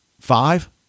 five